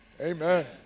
Amen